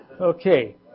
Okay